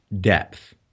depth